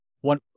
one